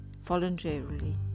voluntarily